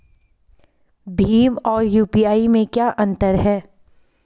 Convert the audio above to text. भीम और यू.पी.आई में क्या अंतर है?